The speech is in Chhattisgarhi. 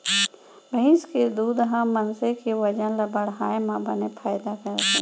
भईंस के दूद ह मनसे के बजन ल बढ़ाए म बने फायदा करथे